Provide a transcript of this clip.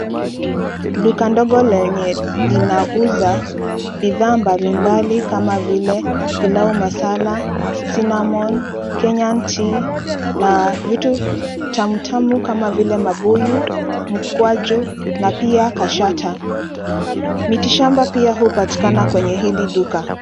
Duka ndogo lenye linauza bidhaa mbalimbali kama vile pilau masala, sinamon . Kenyan tea na vitu tamutamu kama vile mabuyu, mkwaju na pia kashata. Miti shamba pia hupatikana kwenye hili duka.